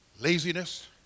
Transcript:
laziness